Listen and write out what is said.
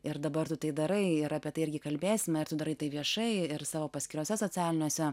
ir dabar tu tai darai ir apie tai irgi kalbėsime ir tu darai tai viešai ir savo paskyrose socialiniuose